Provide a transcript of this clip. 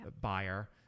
buyer